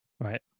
Right